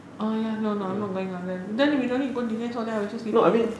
oh ya lor nah not going ah then we don't need go the nest all that lor just rest lor